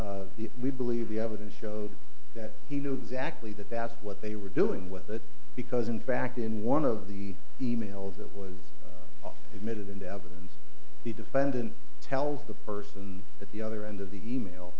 d we believe the evidence showed that he knew exactly that that's what they were doing with it because in fact in one of the emails that was admitted into evidence the defendant tells the person at the other end of the email